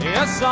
Yes